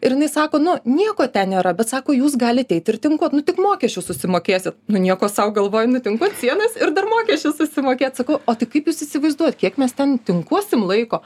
ir jinai sako nu nieko ten nėra bet sako jūs galit eit ir tinkuot tik mokesčius susimokėsit nu nieko sau galvoju nutinkuot sienas ir dar mokesčius susimokėt sakau o tai kaip jūs įsivaizduojat kiek mes ten tinkuosim laiko